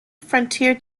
frontier